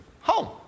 home